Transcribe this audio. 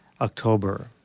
October